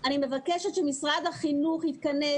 אני מבקשת שמשרד החינוך יתכנס.